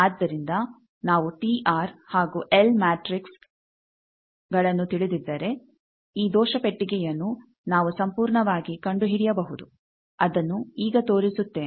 ಆದ್ದರಿಂದ ನಾವು T R ಹಾಗು L matrix R and L matrixಗಳನ್ನು ತಿಳಿದಿದ್ದರೆ ಈ ದೋಷ ಪೆಟ್ಟಿಗೆಯನ್ನು ನಾವು ಸಂಪೂರ್ಣವಾಗಿ ಕಂಡುಹಿಡಿಯಬಹುದು ಅದನ್ನು ಈಗ ತೋರಿಸುತ್ತೇನೆ